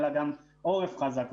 אלא גם עורף חזק.